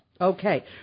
Okay